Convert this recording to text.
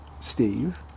Steve